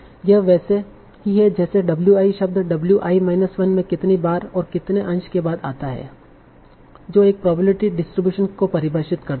यह वैसे ही है जैसे w i शब्द w i माइनस 1 में कितनी बार और कितने अंश के बाद आता है जो एक प्रोबेबिलिटी डिस्ट्रीब्यूशन को परिभाषित करता है